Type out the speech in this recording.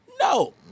No